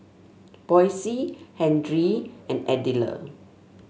Boysie Henry and Ardelia